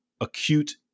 acute